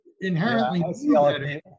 inherently